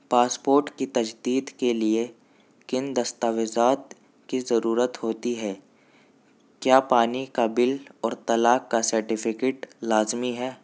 passport کی تجدید کے لیے کن دستاویزات کی ضرورت ہوتی ہے کیا پانی کا بل اور طلاق کا سرٹیفکیٹ لازمی ہے